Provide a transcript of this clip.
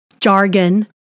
jargon